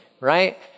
right